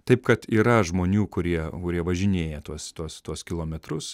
taip kad yra žmonių kurie kurie važinėja tuos tuos tuos kilometrus